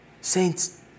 Saints